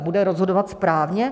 Bude rozhodovat správně?